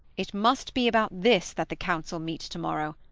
it must be about this that the council meet to-morrow.